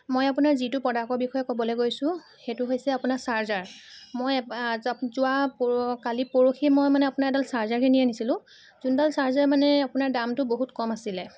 মই আপোনাৰ যিটো প্ৰডাক্টৰ বিষয়ে ক'বলৈ গৈছোঁ সেইটো হৈছে আপোনাৰ চাৰ্জাৰ মই যোৱা পৰ কালি পৰহিয়ে মই মানে আপোনাৰ এডাল চাৰ্জাৰ কিনি আনিছিলোঁ যোনডাল চাৰ্জাৰ মানে আপোনাৰ দামটো বহুত কম আছিলে